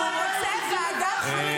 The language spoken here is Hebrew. --- היום השר אמסלם אמר שהוא רוצה ועדת חקירה.